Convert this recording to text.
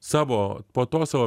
savo po to savo